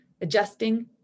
adjusting